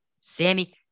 Sammy –